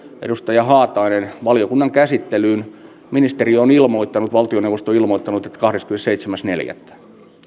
edustaja haatainen valiokunnan käsittelyyn ministeri on ilmoittanut valtioneuvosto on ilmoittanut että kahdeskymmenesseitsemäs neljättä